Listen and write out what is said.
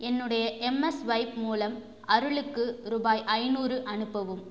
என்னுடைய எம்எஸ்வைப் மூலம் அருளுக்கு ரூபாய் ஐநூறு அனுப்பவும்